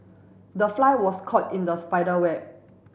the fly was caught in the spider web